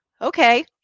okay